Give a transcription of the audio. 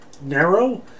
narrow